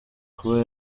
kuba